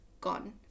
gone